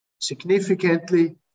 significantly